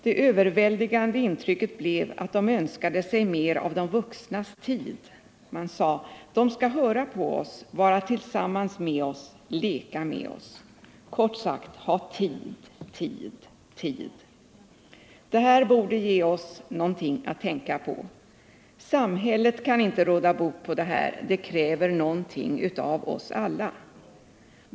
Det överväldigande intrycket blev att de önskade sig mer av de vuxnas tid. Man sade: ”De skall höra på oss, vara tillsammans med oss, leka med oss.” Kort sagt: ha tid, tid, tid. Det här borde ge oss någonting att tänka på. Samhället kan inte råda bot på det. Det kräver något av oss alla.